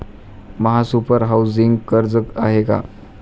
महासुपर हाउसिंग कर्ज आहे का?